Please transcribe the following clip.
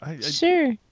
Sure